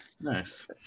Nice